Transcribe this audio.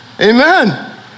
Amen